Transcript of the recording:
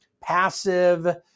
passive